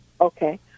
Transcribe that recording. Okay